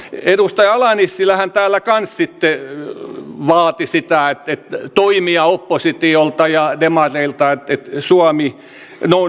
edustaja ala nissilähän täällä kanssa sitten vaati toimia oppositiolta ja demareilta että suomi nousuun